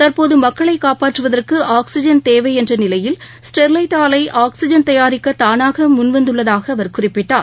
தற்போது மக்களை காப்பற்றுவதற்கு ஆக்சிஜன் தேவை என்ற நிலையில் ஸ்டெர்லைட் ஆலை ஆக்சிஜன் தயாரிக்க தானாக முன்வந்துள்ளதாக அவர் குறிப்பிட்டார்